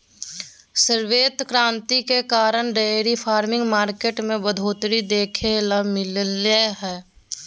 श्वेत क्रांति के कारण डेयरी फार्मिंग मार्केट में बढ़ोतरी देखे ल मिललय हय